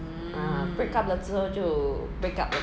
mm break up 了之后就 break up liao